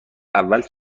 اول